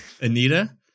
Anita